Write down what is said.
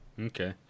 Okay